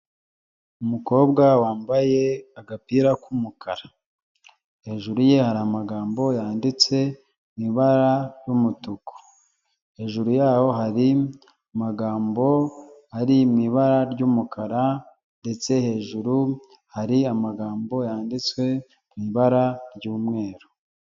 Umukobwa wambaye agapira k'umukara . Hejuru ye hari amagambo yanditse mu ibara ry'umutuku . Hejuru yaho hari amagambo ari mu ibara ry'umukara ndetse hejuru hari amagambo yanditswe mu ibara ry'umweru.